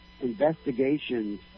investigations